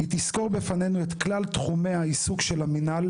היא תסקור בפנינו את כלל תחומי העיסוק של המנהל,